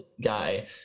guy